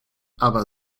aber